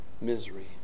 misery